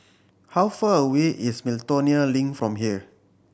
how far away is Miltonia Link from here